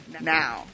Now